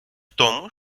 тому